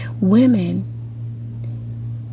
Women